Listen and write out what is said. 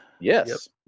Yes